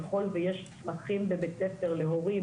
ככל שיש צרכים בבית ספר להורים,